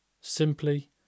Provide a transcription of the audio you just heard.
simply